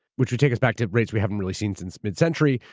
which would take us back to rates we haven't really seen since mid-century.